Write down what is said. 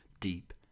deep